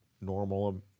normal